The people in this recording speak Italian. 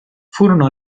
furono